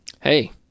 Hey